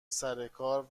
سرکار